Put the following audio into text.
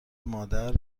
مادر